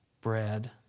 bread